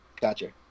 Gotcha